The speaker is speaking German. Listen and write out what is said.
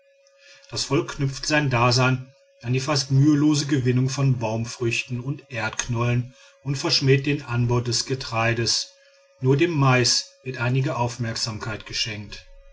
das volk knüpft sein dasein an die fast mühelose gewinnung von baumfrüchten und erdknollen und verschmäht den anbau des getreides nur dem mais wird einige aufmerksamkeit geschenkt